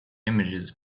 images